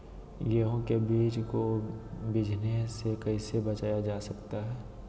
गेंहू के बीज को बिझने से कैसे बचाया जा सकता है?